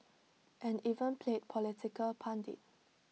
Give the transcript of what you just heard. and even played political pundit